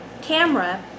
camera